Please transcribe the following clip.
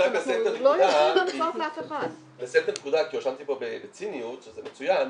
את הנקודה כי הואשמתי פה בציניות שזה מצוין,